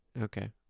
Okay